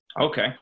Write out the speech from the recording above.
Okay